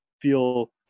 feel